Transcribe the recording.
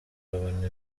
babona